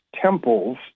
temples